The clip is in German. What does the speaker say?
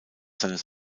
seines